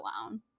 alone